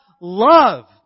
love